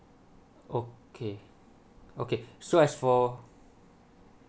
okay okay so as for